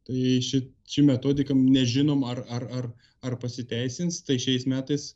tai šit ši čia metodika nežinom ar ar ar ar pasiteisins tai šiais metais